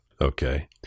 Okay